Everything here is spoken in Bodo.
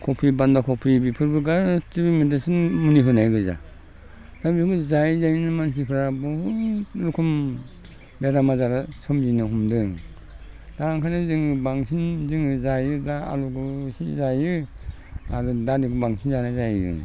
खबि बान्दा खबि बेफोरबो गासैबो इन्दास्ट्रिनि मुलि होनाय गोजा दा बेखौ जायै जायैनो मानसिफ्रा बहुत रोखोम बेराम आजारा सोमजिनो हमदों दा ओंखायनो जों बांसिन जोङो जायोब्ला आलुखौ इसे जायो आरो दालिखौ बांसिन जानाय जायो